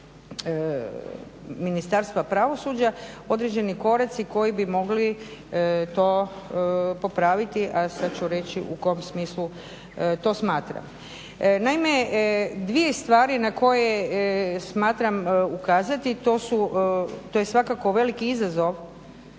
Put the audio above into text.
Ministarstva pravosuđa određeni koraci koji bi mogli to popraviti, a sada ću reći u kojem smislu to smatram. Naime, dvije stvari na koje smatram ukazati to su, to je svakako veliki izazov,